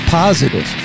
positive